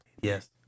Yes